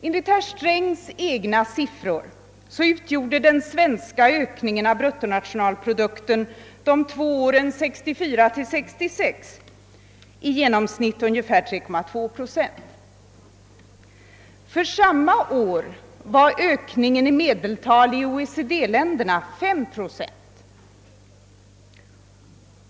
Enligt herr Strängs egna siffror utgjorde den svenska ökningen av bruttonationalprodukten de två åren 1964— 1966 i genomsnitt 3,2 procent. För samma år var ökningen i OECD-länderna i medeltal 5 procent.